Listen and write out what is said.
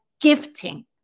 gifting